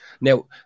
Now